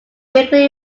weekly